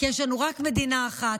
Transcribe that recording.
כי יש לנו רק מדינה אחת,